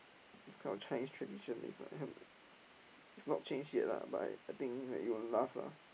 this kind of Chinese tradition is not it's not changed yet ah but I think it'll last lah